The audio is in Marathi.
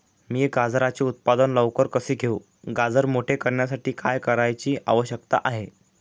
मी गाजराचे उत्पादन लवकर कसे घेऊ? गाजर मोठे करण्यासाठी काय करण्याची आवश्यकता आहे?